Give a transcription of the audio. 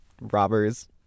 robbers